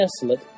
desolate